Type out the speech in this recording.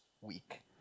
week